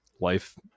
life